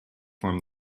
form